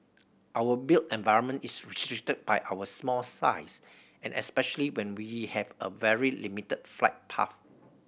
our built environment is restricted by our small size and especially when we have a very limited flight path